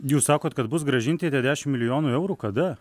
jūs sakot kad bus grąžinti tie dešim milijonų eurų kada